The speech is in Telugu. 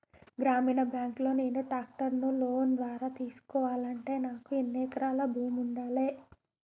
గ్రామీణ బ్యాంక్ లో నేను ట్రాక్టర్ను లోన్ ద్వారా తీసుకోవాలంటే నాకు ఎన్ని ఎకరాల భూమి ఉండాలే?